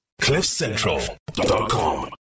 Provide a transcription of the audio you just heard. Cliffcentral.com